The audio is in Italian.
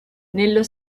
nello